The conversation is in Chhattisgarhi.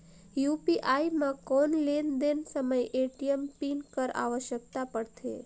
यू.पी.आई म कौन लेन देन समय ए.टी.एम पिन कर आवश्यकता पड़थे?